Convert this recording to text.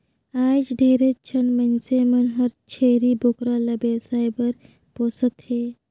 आयज ढेरे झन मइनसे मन हर छेरी बोकरा ल बेवसाय बर पोसत हें